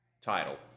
title